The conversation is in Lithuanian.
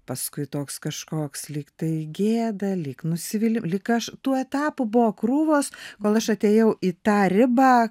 paskui toks kažkoks lyg tai gėda lyg nusivili lyg aš tų etapų buvo krūvos kol aš atėjau į tą ribą